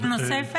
אפשר שאלה נוספת?